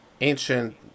ancient